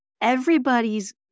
everybody's